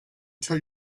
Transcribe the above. tell